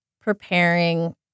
preparing